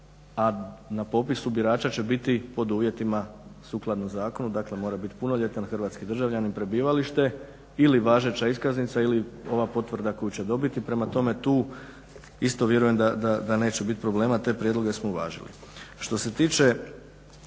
a na popisu birača će biti pod uvjetima sukladno zakonu. Dakle, mora bit punoljetan hrvatski državljanin, prebivalište ili važeća iskaznica ili ova potvrda koju će dobiti. Prema tome, tu isto vjerujem da neće bit problema. Te prijedloge smo uvažili.